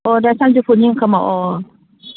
अ दा सानजौफुनि ओंखामाव अ